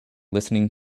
listening